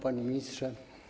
Panie Ministrze!